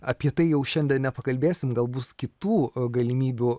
apie tai jau šiandien nepakalbėsim gal bus kitų galimybių